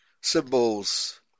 symbols